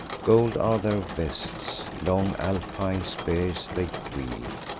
gold are their vests long alpine spears they wield,